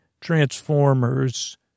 Transformers